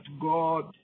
God